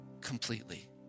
completely